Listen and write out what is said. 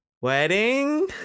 Wedding